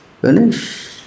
Finish